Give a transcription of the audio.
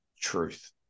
truth